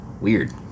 weird